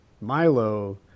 Milo